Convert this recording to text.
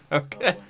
okay